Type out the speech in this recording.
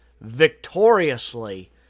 victoriously